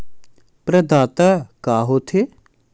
प्रदाता का हो थे?